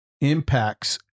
impacts